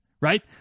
Right